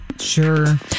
Sure